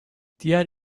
diğer